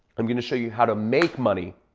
i'm gonna show you how to make money,